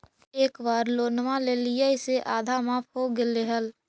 एक बार लोनवा लेलियै से आधा माफ हो गेले हल?